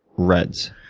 reds?